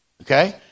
Okay